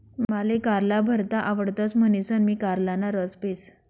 माले कारला भरता आवडतस म्हणीसन मी कारलाना रस पेस